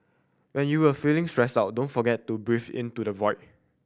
when you a feeling stressed out don't forget to breathe into the void